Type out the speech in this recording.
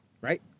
right